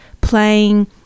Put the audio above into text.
playing